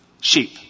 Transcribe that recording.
sheep